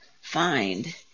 find